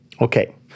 Okay